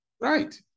Right